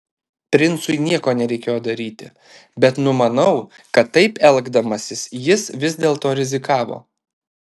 princui nieko nereikėjo daryti bet numanau kad taip elgdamasis jis vis dėlto rizikavo